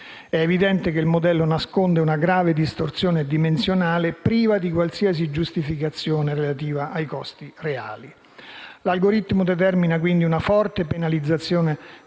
È evidente che il modello nasconde una grave distorsione dimensionale priva di qualsiasi giustificazione relativa ai costi reali. L'algoritmo determina, quindi, una forte penalizzazione